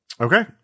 okay